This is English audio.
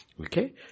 Okay